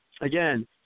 Again